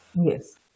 Yes